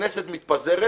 הכנסת מתפזרת,